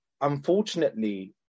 Unfortunately